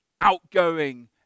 outgoing